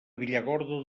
villargordo